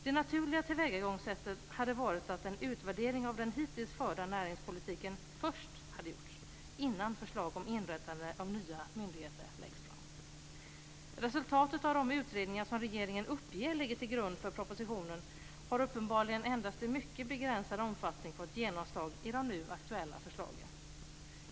Det naturliga tillvägagångssättet hade varit att en utvärdering av den hittills förda näringspolitiken först hade gjorts innan förslag om inrättande av nya myndigheter lagts fram. Resultatet av de utredningar som regeringen uppger ligger till grund för propositionen har uppenbarligen endast i mycket begränsad omfattning fått genomslag i de nu aktuella förslagen.